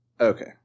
Okay